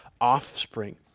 offspring